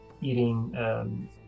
eating